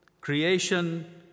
Creation